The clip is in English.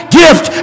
gift